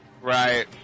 Right